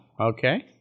okay